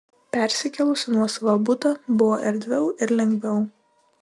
persikėlus į nuosavą butą buvo erdviau ir lengviau